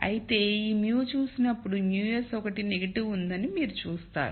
అయితే ఈ μ చూసినప్పుడు μs ఒకటి నెగిటివ్ ఉందని మీరు చూస్తారు